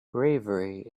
bravery